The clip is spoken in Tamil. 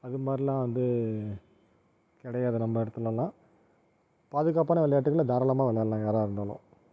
அதுமாதிரிலாம் வந்து கிடையாது நம்ம இடத்திலலாம் பாதுகாப்பான விளையாட்டுகள் தாராளமாக விளையாடலாம் யாராக இருந்தாலும்